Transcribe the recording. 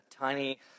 tiny